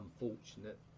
unfortunate